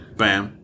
bam